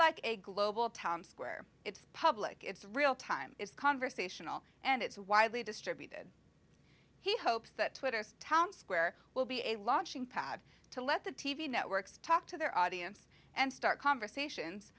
like a global square it's public it's real time it's conversational and it's widely distributed he hopes that twitter's town square will be a launching pad to let the t v networks talk to their audience and start conversations